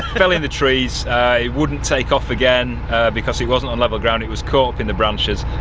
fell in the trees, it wouldn't take off again because it wasn't on level ground, it was caught up in the branches.